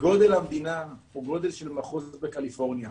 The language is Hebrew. שגודל המדינה הוא כגודל מחוז בקליפורניה.